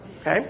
Okay